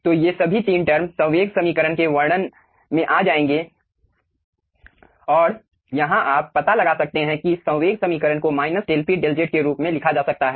तो पहले से ही हम जानते हैं कि घर्षण दबाव गिराव को minus del P del z के रूप में लिखा जा सकता है